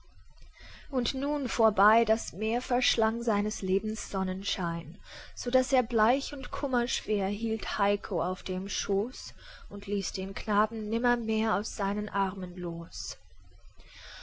und nun vorbei das meer verschlang seines lebens sonnenschein so saß er bleich und kummerschwer hielt heiko auf dem schoß und ließ den knaben nimmermehr aus seinen armen los